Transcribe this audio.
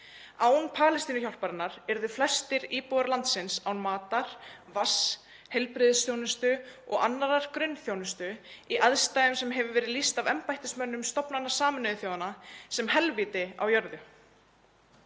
Án Palestínuhjálparinnar yrðu flestir íbúar landsins án matar, vatns, heilbrigðisþjónustu og annarrar grunnþjónustu í aðstæðum sem hefur verið lýst af embættismönnum stofnana Sameinuðu þjóðanna sem helvíti á jörðu.